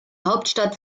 hauptstadt